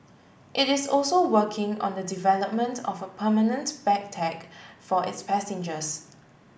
it is also working on the development of a permanent bag tag for its passengers